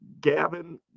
Gavin